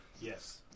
Yes